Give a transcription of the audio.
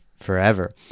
forever